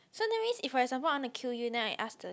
so that means if for example I want to kill you then I ask the